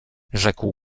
rzekł